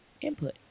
input